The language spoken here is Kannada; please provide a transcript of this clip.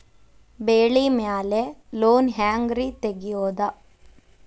ಬೆಳಿ ಮ್ಯಾಲೆ ಲೋನ್ ಹ್ಯಾಂಗ್ ರಿ ತೆಗಿಯೋದ?